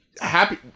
happy